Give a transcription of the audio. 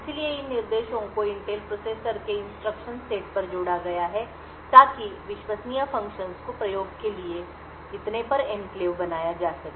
इसलिए इन निर्देशों को इंटेल प्रोसेसर के इंस्ट्रक्शन सेट पर जोड़ा गया है ताकि विश्वसनीय फ़ंक्शंस को प्रयोग के लिए इतने पर एन्क्लेव बनाया जा सके